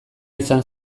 izan